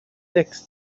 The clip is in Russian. текст